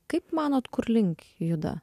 kaip manot kur link juda